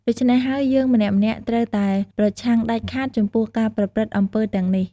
ដូចច្នេះហើយយើងម្នាក់ៗត្រូវតែប្រឆាំងដាច់ខាតចំពោះការប្រព្រឹត្ដិអំពើរទាំងនេះ។